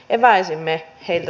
eväisiimme heti